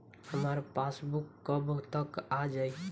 हमार पासबूक कब तक आ जाई?